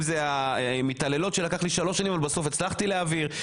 אם זה המתעללות שלקח לי שלוש שנים אבל בסוף הצלחתי להעביר,